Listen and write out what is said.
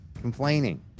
complaining